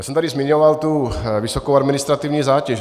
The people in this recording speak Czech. Já jsem tady zmiňoval tu vysokou administrativní zátěž.